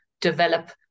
develop